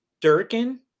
Durkin